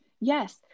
Yes